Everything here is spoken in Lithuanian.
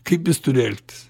kaip jis turi elgtis